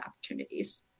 opportunities